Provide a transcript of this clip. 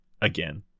again